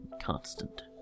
constant